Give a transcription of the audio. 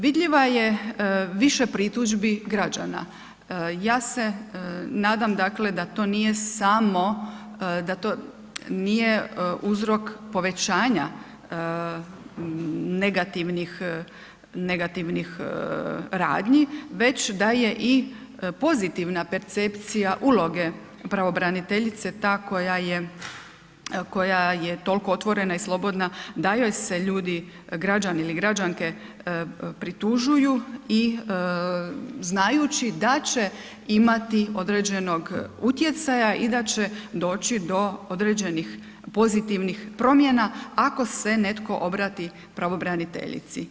Vidljiva je više pritužbi građana, ja se nadam dakle da to nije samo, da to nije uzrok povećanja negativnih, negativnih radnji, već da je i pozitivna percepcija uloge pravobraniteljice ta koja je, koja je tol'ko otvorena i slobodna da joj se ljudi, građani ili građanke pritužuju i znajući da će imati određenog utjecaja i da će doći do određenih pozitivnih promjena, ako se netko obrati pravobraniteljici.